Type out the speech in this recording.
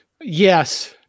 Yes